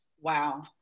Wow